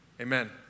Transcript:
Amen